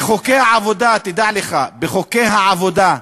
בחוקי העבודה, תדע לך, בחוקי העבודה,